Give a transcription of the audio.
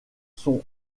sont